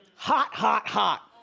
hot, hot, hot,